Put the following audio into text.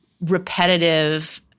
repetitive